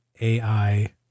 AI